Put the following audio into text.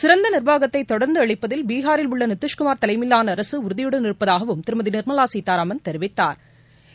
சிறந்த நிர்வாகத்தை தொடர்ந்து அளிப்பதில் பீகாரில் உள்ள நிதிஷ்குமார் தலைமையிலான அரசு உறுதியுடன் இருப்பதாகவும் திருமதி நிா்மலா சீதாராமன் தெரிவித்தாா்